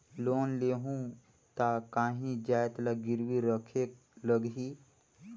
Loan लेहूं ता काहीं जाएत ला गिरवी रखेक लगही?